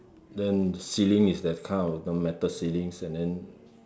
then ceiling is that kind of the metal ceilings and then